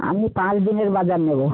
আমি পাঁচ দিনের বাজার নেবো